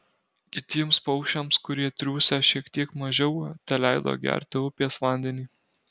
kitiems paukščiams kurie triūsę šiek tiek mažiau teleido gerti upės vandenį